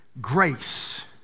Grace